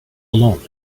alone